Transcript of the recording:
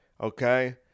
okay